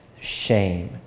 shame